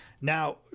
Now